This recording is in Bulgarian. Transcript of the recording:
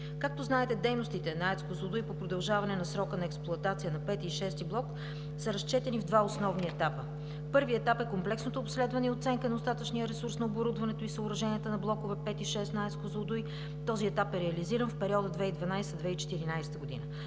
Както знаете, дейностите на АЕЦ „Козлодуй“ по продължаване на срока на експлоатация на V и VΙ блок са разчетени в два основни етапа. Първият етап е комплексното обследване и оценка на остатъчния ресурс на оборудването и съоръженията на блокове V и VΙ на АЕЦ „Козлодуй“. Този етап е реализиран в периода 2012 – 2014 г.